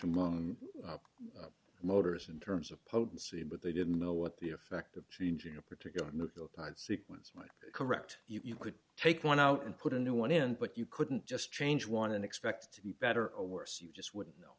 among motors in terms of potency but they didn't know what the effect of changing a particular sequence was correct you could take one out and put a new one in but you couldn't just change one and expect to be better or worse you just wouldn't know